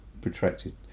protracted